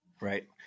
Right